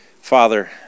Father